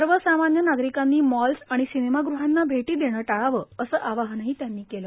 सर्व सामान्य नागरिकांनी मॉल आणिसिनेमागृहांना भेटी देणे टाळावे असे आवाहनही त्यांनी केले